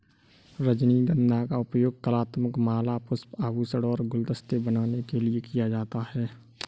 रजनीगंधा का उपयोग कलात्मक माला, पुष्प, आभूषण और गुलदस्ते बनाने के लिए किया जाता है